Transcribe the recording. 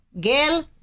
Gail